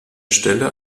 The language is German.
stelle